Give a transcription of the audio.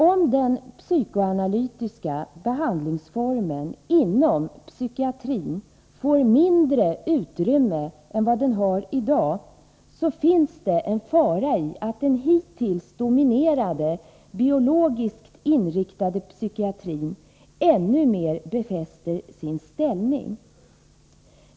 Om den psykoanalytiska behandlingsformen inom psykiatrin får mindre utrymme än den har i dag, är det risk för att den hittills dominerande biologiskt inriktade psykiatrin än mer befäster sin ställning.